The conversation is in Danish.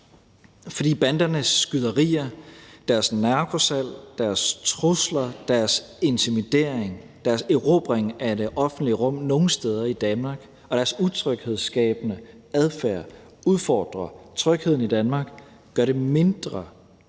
For bandernes skyderier, deres narkosalg, deres trusler, deres intimidering, deres erobring af det offentlige rum nogle steder i Danmark og deres utryghedsskabende adfærd udfordrer trygheden i Danmark, gør det mindre godt